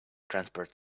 transport